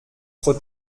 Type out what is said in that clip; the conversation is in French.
trop